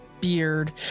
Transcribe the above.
beard